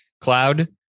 cloud